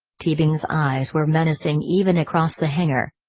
teabing's eyes were menacing even across the hangar.